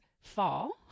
fall